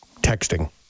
texting